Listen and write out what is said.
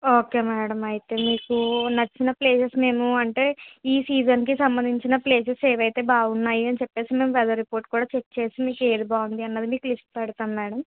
okay madam అయితే మీకు నచ్చిన ప్లేసెస్ మేము అంటే ఈ సీసన్కి సంబంధించిన ప్లేసెస్ ఏవైతే బాగున్నాయి అని చెప్పేసి మేము వెదర్ రిపోర్ట్ కూడా చెక్ చేసి మీకేది బావున్నది అన్నది మీకు లిస్ట్ పెడతాం మేడం